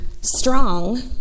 strong